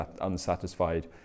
unsatisfied